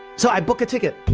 so i book a ticket